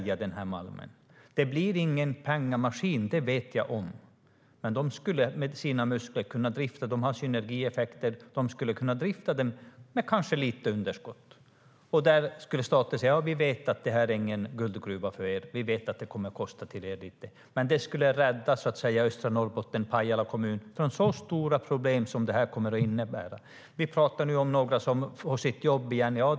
Jag vet att gruvan inte kan bli en pengamaskin, men LKAB kan drifta gruvan, kanske med lite underskott, och få synergieffekter. Vi pratar om att några kan få tillbaka sina jobb.